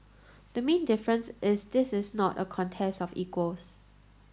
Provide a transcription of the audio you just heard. the main difference is this is not a contest of equals